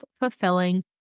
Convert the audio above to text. fulfilling